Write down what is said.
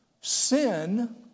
sin